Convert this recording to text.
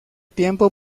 tiempo